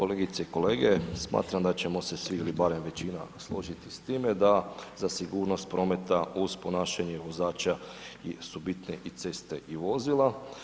Kolegice i kolege smatram da ćemo se svi ili barem većina složiti s time da za sigurnost prometa uz ponašanje vozača su bitne i ceste i vozila.